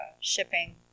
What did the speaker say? shipping